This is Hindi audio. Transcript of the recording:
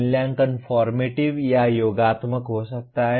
मूल्यांकन फॉर्मेटिव या योगात्मक हो सकता है